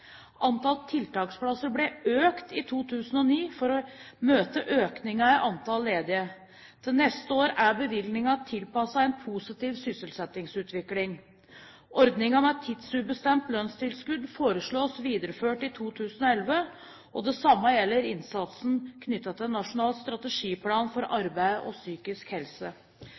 Antall tiltaksplasser ble økt i 2009 for å møte økningen i antall ledige. Til neste år er bevilgningen tilpasset en positiv sysselsettingsutvikling. Ordningen med tidsubestemt lønnstilskudd foreslås videreført i 2011, og det samme gjelder innsatsen knyttet til Nasjonal strategiplan for arbeid og psykisk helse.